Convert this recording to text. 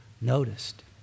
noticed